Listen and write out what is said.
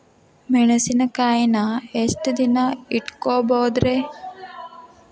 ಮೆಣಸಿನಕಾಯಿನಾ ಎಷ್ಟ ದಿನ ಇಟ್ಕೋಬೊದ್ರೇ?